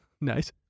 Nice